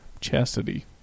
Chastity